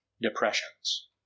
depressions